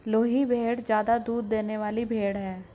लोही भेड़ ज्यादा दूध देने वाली भेड़ है